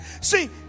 See